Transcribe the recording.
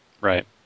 Right